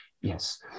yes